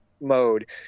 mode